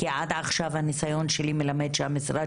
כי עד עכשיו הניסיון שלי מלמד שהמשרד